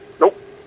Nope